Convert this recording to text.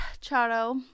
Chato